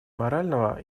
морального